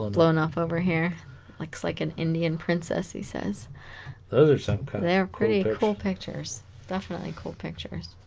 blown up over here looks like an indian princess he says those are sometimes they're pretty cool pictures definitely cool pictures